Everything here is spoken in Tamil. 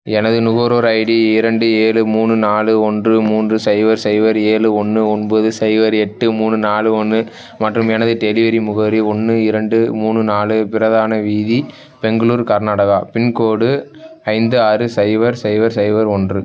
எனது நுகர்வோர் ஐடி இரண்டு ஏழு மூணு நாலு ஒன்று மூன்று சைபர் சைபர் ஏழு ஒன்று ஒன்பது சைபர் எட்டு மூணு நாலு ஒன்று மற்றும் எனது டெலிவரி முகவரி ஒன்று இரண்டு மூணு நாலு பிரதான வீதி பெங்களூர் கர்நாடகா பின்கோடு ஐந்து ஆறு சைபர் சைபர் சைபர் ஒன்று